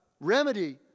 remedy